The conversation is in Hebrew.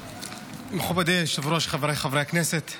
מכובדי היושב-ראש, חבריי חברי הכנסת,